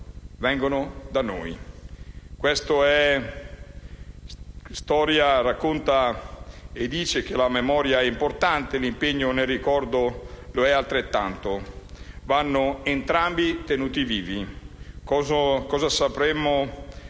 Vengono da noi». Questa storia racconta e dice che la memoria è importante e l'impegno nel ricordo lo è altrettanto: vanno entrambi tenuti vivi. Cosa sapremmo